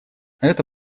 это